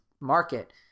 market